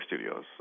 studios